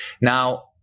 Now